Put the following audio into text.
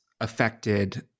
affected